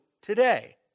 today